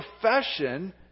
profession